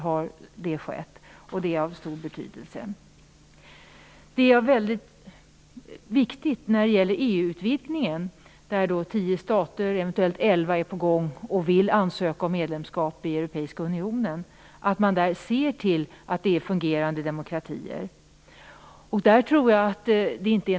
Detta har skett från flera partier, och det är av stor betydelse. När det gäller EU-utvidgningen - tio eller eventuellt elva stater är på väg att ansöka om medlemskap i Europeiska unionen - är det viktigt att se till att det blir fråga om fungerande demokratier.